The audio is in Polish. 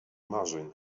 marzeń